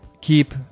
Keep